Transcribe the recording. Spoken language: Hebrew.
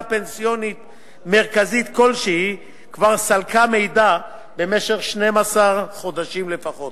פנסיונית מרכזית כלשהי כבר סילקה מידע במשך 12 חודשים לפחות.